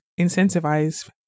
incentivize